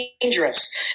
dangerous